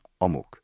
omuk